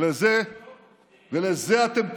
ולזה אתם קוראים,